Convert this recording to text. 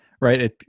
Right